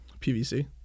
PVC